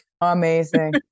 Amazing